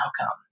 outcome